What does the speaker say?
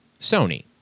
sony